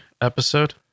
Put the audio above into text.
episode